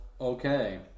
okay